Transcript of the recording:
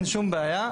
אין שום בעיה.